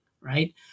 Right